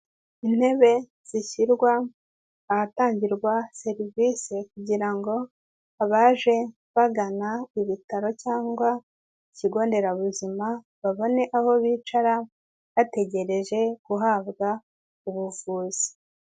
Intebe zishyirwa ahatangirwa serivisi kugira ngo abaje bagana ibitaro cyangwa ikigo nderabuzima babone aho bicara, bategereje guhabwa ubuvuzi.